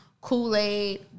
Kool-Aid